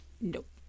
Nope